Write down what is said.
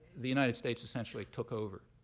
the united states essentially took over.